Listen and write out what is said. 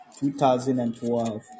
2012